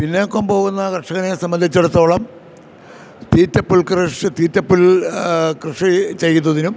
പിന്നോക്കം പോകുന്ന കർഷകനെ സംബന്ധിച്ചിടത്തോളം തീറ്റ പുൽക്കൃഷി തീറ്റ പുൽ കൃഷി ചെയ്യുന്നതിനും